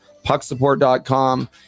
Pucksupport.com